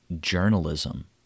journalism